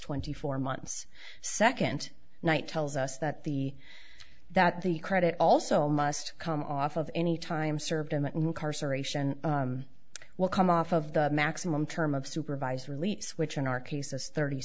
twenty four months second night tells us that the that the credit also must come off of any time served him well come off of the maximum term of supervised release which in our case is thirty